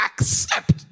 accept